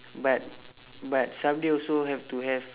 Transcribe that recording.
but but someday also have to have